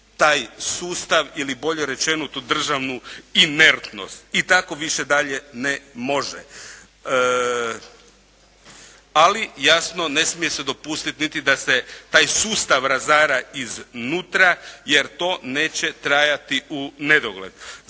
taj sustav ili bolje rečeno tu državnu inertnost i tako više dalje ne može. Ali, jasno ne smije se dopustiti niti da se taj sustav razara iznutra jer to neće trajati u nedogled.